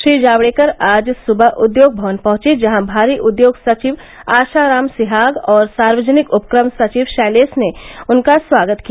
श्री जावडेकर आज सुबह उद्योग भवन पहुंचे जहां भारी उद्योग सचिव आशा राम सिहाग और सार्वजनिक उपक्रम सचिव शैलेष ने उनका स्वागत किया